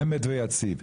אמת ויציב.